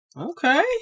Okay